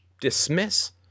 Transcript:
dismiss